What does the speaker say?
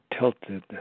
tilted